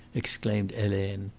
exclaimed helene.